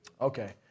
Okay